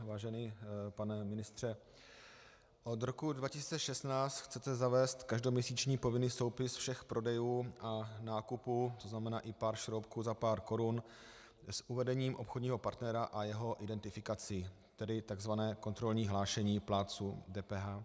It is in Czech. Vážený pane ministře, od roku 2016 chcete zavést každoměsíční povinný soupis všech prodejů a nákupů, tzn. i pár šroubků za pár korun, s uvedením obchodního partnera a jeho identifikaci, tedy tzv. kontrolní hlášení plátců DPH.